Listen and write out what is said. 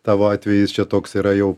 tavo atvejis čia toks yra jau